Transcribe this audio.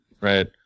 Right